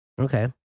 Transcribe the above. Okay